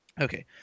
Okay